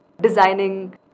designing